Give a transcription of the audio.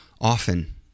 often